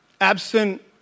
absent